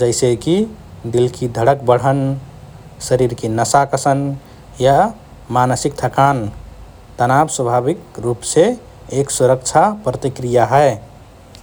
जैसेकि दिलकि धडक बढन, शरीरकि नसा कसन या मानसिक थकान । तनाव स्वाभाविक रुपसे एक सुरक्षा प्रतिक्रिया हए ।